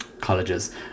colleges